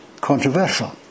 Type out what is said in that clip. controversial